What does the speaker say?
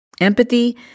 Empathy